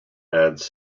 adds